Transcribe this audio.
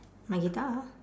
my guitar